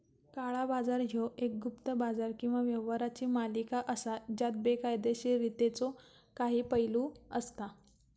काळा बाजार ह्यो एक गुप्त बाजार किंवा व्यवहारांची मालिका असा ज्यात बेकायदोशीरतेचो काही पैलू असता